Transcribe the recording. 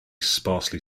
sparsely